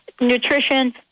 nutrition